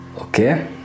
okay